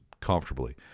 comfortably –